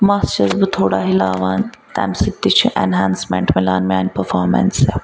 مس چھَس بہٕ تھوڑا ہِلاوان تَمہِ سۭتۍ تہِ چھِ ایٚنہانسمٮ۪نٛٹ مِلان میٛانہِ پٔرفامنسہِ